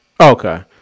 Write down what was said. Okay